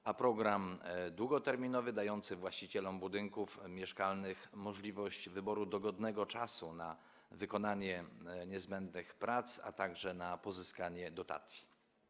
Jest to program długoterminowy dający właścicielom budynków mieszkalnych możliwość wyboru dogodnego czasu na wykonanie niezbędnych prac, także na pozyskanie dotacji.